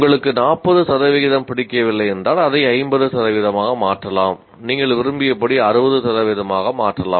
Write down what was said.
உங்களுக்கு 40 சதவீதம் பிடிக்கவில்லை என்றால் அதை 50 சதவீதமாக மாற்றலாம் நீங்கள் விரும்பியபடி 60 சதவீதமாக மாற்றலாம்